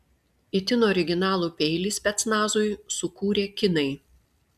itin originalų peilį specnazui sukūrė kinai